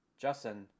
justin